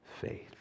faith